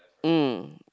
um